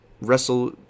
wrestle